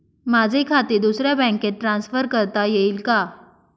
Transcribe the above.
माझे खाते दुसऱ्या बँकेत ट्रान्सफर करता येईल का?